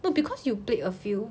no because you played a few